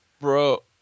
Bro